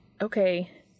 okay